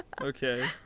Okay